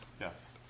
Yes